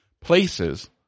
places